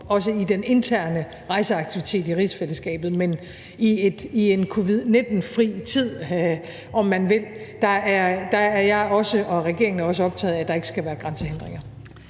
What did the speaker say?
også i den interne rejseaktivitet i rigsfællesskabet. Men i en covid-19-fri tid, om man vil, er jeg også og regeringen også optaget af, at der ikke skal være grænsehindringer.